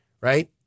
right